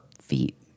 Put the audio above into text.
feet